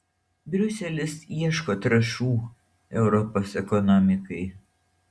briuselis ieško trąšų europos ekonomikai